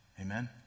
Amen